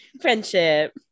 friendship